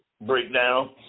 breakdown